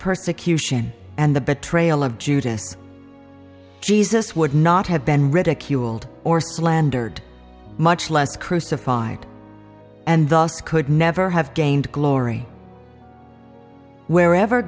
persecution and the betrayal of judas jesus would not have been ridiculed or slandered much less crucified and thus could never have gained glory wherever